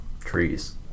trees